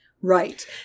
Right